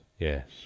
Yes